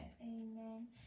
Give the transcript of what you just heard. Amen